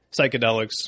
psychedelics